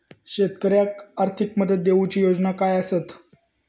शेतकऱ्याक आर्थिक मदत देऊची योजना काय आसत?